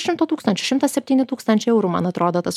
šimto tūkstančių šimtas septyni tūkstančiai eurų man atrodo tas